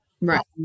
Right